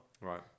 right